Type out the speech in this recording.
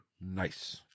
Nice